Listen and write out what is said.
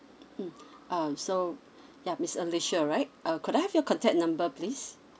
mm um so yup miss alicia right uh could I have your contact number please